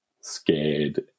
scared